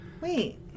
Wait